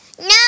No